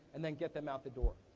and then get them out the door.